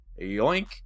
yoink